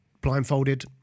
blindfolded